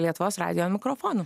lietuvos radijo mikrofonų